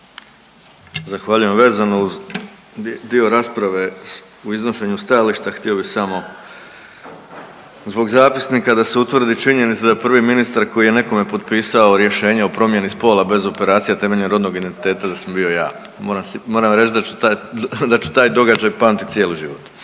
Zahvaljujem. Vezano uz dio rasprave u iznošenju stajališta htio bi samo zbog zapisnika da se utvrdi činjenica da prvi ministar koji je nekome potpisao rješenje o promjeni spola bez operacije, a temeljem rodnog identiteta da sam bio ja. Moram reći da ću taj događaj pamtit cijeli život.